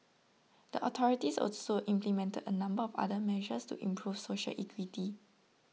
the authorities also implemented a number of other measures to improve social equity